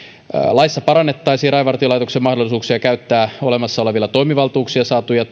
laissa parannettaisiin rajavartiolaitoksen mahdollisuuksia käyttää olemassa olevilla toimivaltuuksilla saatuja